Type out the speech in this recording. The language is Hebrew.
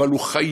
אבל הוא חייב,